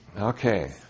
Okay